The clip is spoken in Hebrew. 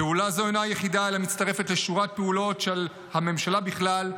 פעולה זו אינה יחידה אלא מצטרפת לשורת פעולות של הממשלה בכלל,